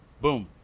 Boom